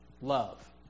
Love